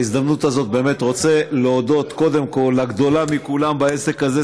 בהזדמנות הזאת אני באמת רוצה להודות קודם כול לגדולה מכולם בעסק הזה,